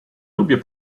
lubię